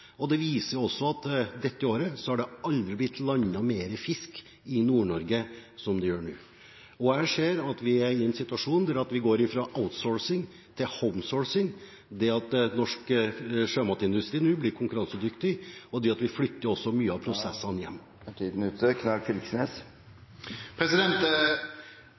Det viser seg også dette året at det aldri før har blitt landet mer fisk i Nord-Norge enn det gjør nå. Og jeg ser at vi er i en situasjon der vi går fra «outsourcing» til «homesourcing», at norsk sjømatindustri nå blir konkurransedyktig, og at vi også flytter mye av prosessene